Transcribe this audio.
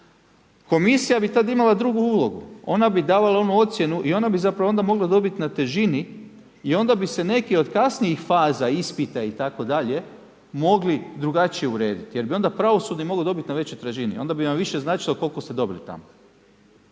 Komisija bi tad imala drugu ulogu, ona bi davala onu ocjenu i ona bi zapravo onda mogla dobit na težini i onda bi se neki od kasnijih faza ispita itd. mogli drugačije uredit jer bi onda pravosudni mogao dobiti na većoj tražini i onda bi vam više značilo koliko ste dobili tamo.